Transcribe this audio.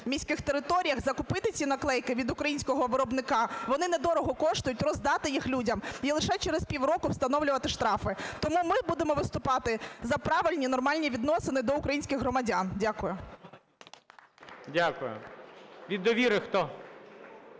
міських територіях, закупити ці наклейки від українського виробника, вони не дорого коштують, роздати їх людям. І лише через півроку встановлювати штрафи. Тому ми будемо виступати за правильні, нормальні відносини до українських громадян. Дякую. ГОЛОВУЮЧИЙ. Дякую. Від "Довіри" хто?